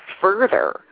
further